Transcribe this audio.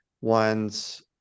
one's